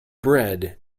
bred